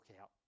out